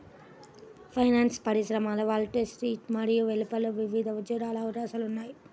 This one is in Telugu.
ఫైనాన్స్ పరిశ్రమలో వాల్ స్ట్రీట్లో మరియు వెలుపల వివిధ ఉద్యోగ అవకాశాలు ఉన్నాయి